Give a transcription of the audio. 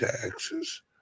taxes